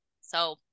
So-